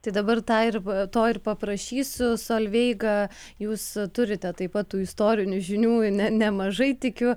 tai dabar tą ir to ir paprašysiu solveiga jūs turite taip pat tų istorinių žinių ne nemažai tikiu